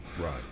right